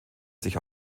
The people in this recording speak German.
sich